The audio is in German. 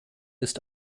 ist